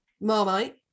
marmite